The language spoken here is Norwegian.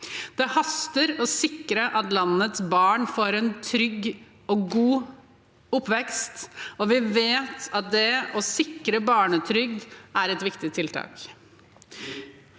Det haster å sikre at landets barn får en trygg og god oppvekst, og vi vet at det å sikre barnetrygd er et viktig tiltak.